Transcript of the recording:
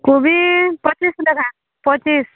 କୋବି ପଚିଶ ଲେଖାଁ ପଚିଶ